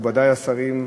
מכובדי השרים,